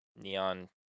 neon